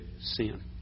sin